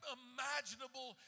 imaginable